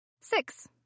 Six